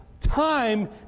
time